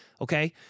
Okay